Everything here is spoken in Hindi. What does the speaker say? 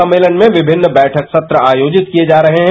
सम्मेलन में विभिन्न बैठक सत्र आयोजित किए जा रहे हैं